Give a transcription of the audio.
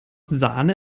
sahne